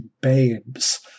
babes